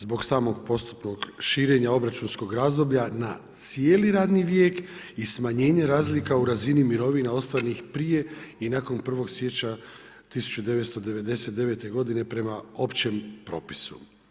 Zbog samog postupnog širenja obračunskog razdoblja na cijeli radni vijek i smanjenje razlika u razini mirovina ostvarenih prije i nakon 1. siječnja 1999. godine prema Općem propisu.